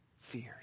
fears